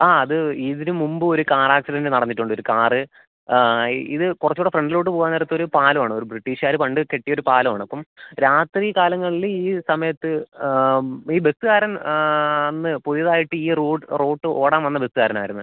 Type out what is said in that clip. ആ അത് ഇതിന് മുമ്പും ഒരു കാർ ആക്സിഡൻറ്റ് നടന്നിട്ടുണ്ട് ഒരു കാറ് ഈ ഇത് കുറച്ചുകൂടെ ഫ്രണ്ടിലോട്ട് പോവാൻ നേരത്ത് ഒരു പാലമാണ് ബ്രിട്ടീഷുകാർ പണ്ട് കെട്ടിയൊരു പാലമാണ് അപ്പം രാത്രി കാലങ്ങളിൽ ഈ സമയത്ത് ഈ ബസ്സുകാരൻ അന്ന് പുതിയതായിട്ട് ഈ റൂട്ട് ഓടാൻ വന്ന ബസ്സുകാരൻ ആയിരുന്നു